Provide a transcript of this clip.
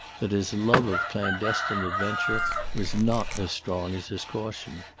that his love of clandestine adventure was not as strong as his caution.